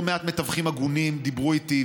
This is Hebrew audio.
לא מעט מתווכים הגונים דיברו איתי,